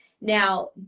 Now